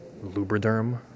lubriderm